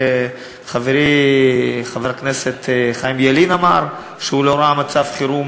חברי חבר הכנסת חיים ילין אמר שהוא לא ראה מצב חירום